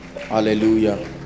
Hallelujah